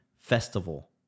festival